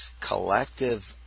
collective